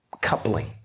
coupling